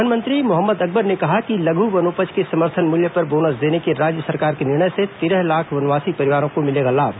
one मंत्री मोहम्मद अकबर ने कहा कि लघ् वनपजों के समर्थन मूल्य पर बोनस देने के राज्य सरकार के निर्णय से तेरह लाख वनवासी परिवारों को मिलेगा लाभ